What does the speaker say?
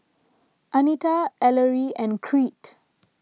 Anitra Ellery and Crete